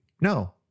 No